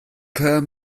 per